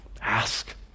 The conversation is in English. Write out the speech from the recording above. ask